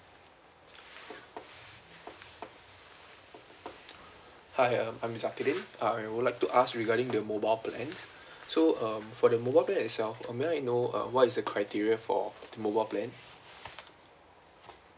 hi um I am zakidin I would like to ask regarding the mobile plan so um for the mobile plan itself may I know uh what is the criteria for the mobile plan